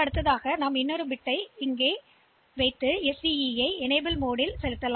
அடுத்து நீங்கள் இங்கே மற்றொரு பிட்டை வைத்து அந்த SDE ஐ செயலாக்க பயன்முறையில் செலுத்துங்கள்